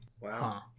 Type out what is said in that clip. Wow